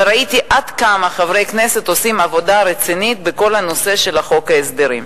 וראיתי עד כמה חברי כנסת עושים עבודה רצינית בכל הנושא של חוק ההסדרים.